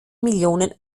millionen